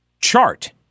chart